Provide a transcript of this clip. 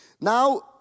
Now